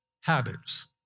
Habits